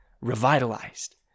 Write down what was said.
revitalized